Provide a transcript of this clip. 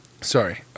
Sorry